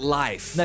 life